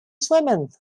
swimming